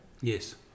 Yes